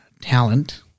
talent